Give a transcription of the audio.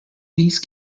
these